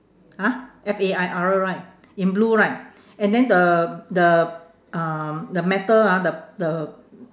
!huh! F A I R right in blue right and then the the um the metal ah the the